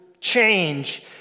change